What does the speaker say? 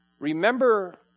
Remember